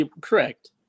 Correct